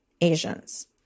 Asians